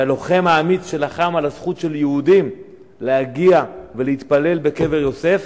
והלוחם האמיץ שלחם על הזכות של יהודים להגיע ולהתפלל בקבר-יוסף,